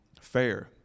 fair